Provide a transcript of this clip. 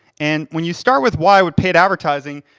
and when you start with why with paid advertising,